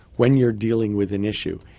when you're dealing with an issue,